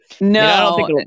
no